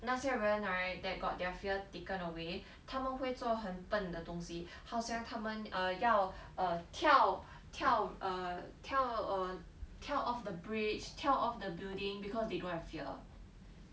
那些人 right that got their fear taken away 他们会做很笨的东西好像他们 err 要 err 跳跳 err 跳 err 跳 off the bridge 跳 off the building because they don't have fear